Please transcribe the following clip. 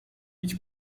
idź